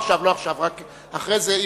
אחרי זה,